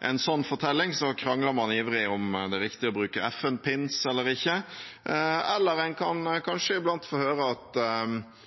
en slik fortelling krangler man ivrig om det er riktig å bruke FN-pins eller ikke, eller man kan kanskje iblant høre at